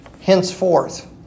henceforth